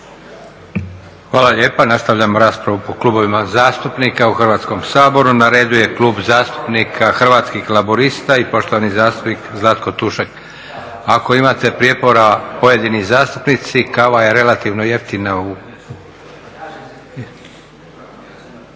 Hvala lijepa. Nastavljam raspravu po klubovima zastupnika u Hrvatskom saboru. Na redu je Klub zastupnika Hrvatskih laburista i poštovani zastupnik Zlatko Tušak. Ako imate prijepora pojedini zastupnici, kava je relativno jeftina.